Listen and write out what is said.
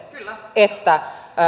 että